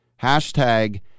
Hashtag